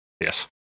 Yes